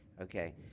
Okay